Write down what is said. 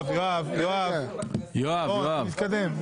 יואב, נתקדם.